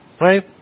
Right